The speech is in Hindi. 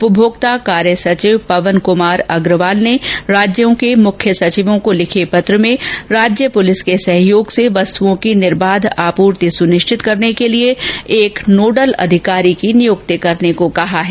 उपभोक्ता कार्य सचिव पवन कुमार अग्रवाल ने राज्य के मुख्य सचिवों को लिखे पत्र में राज्य पुलिस के सहयोग से वस्तुओं की निर्वाध आपूर्ति सुनिश्चित करने के लिए एक नोडल अधिकारी की नियुक्ति करने को कहा है